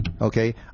okay